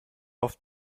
oft